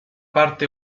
parte